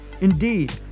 Indeed